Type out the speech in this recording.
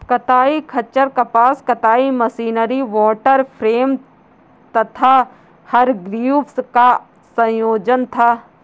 कताई खच्चर कपास कताई मशीनरी वॉटर फ्रेम तथा हरग्रीव्स का संयोजन था